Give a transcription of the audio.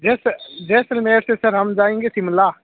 जैस जैसलमेर से सर हम जाएँगे शिमला